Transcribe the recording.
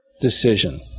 decision